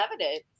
evidence